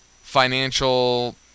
financial